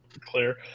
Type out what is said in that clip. clear